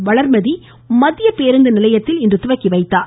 வளர்மதி மத்திய பேருந்து நிலையத்தில் இன்று துவக்கி வைத்தார்